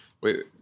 Wait